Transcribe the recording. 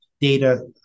data